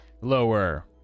Lower